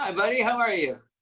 um buddy. how are you?